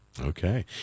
Okay